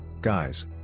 Guys